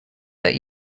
that